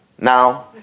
Now